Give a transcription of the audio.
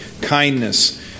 kindness